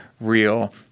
real